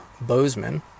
Bozeman